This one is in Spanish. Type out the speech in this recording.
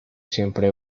siempre